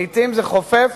לעתים זה חופף,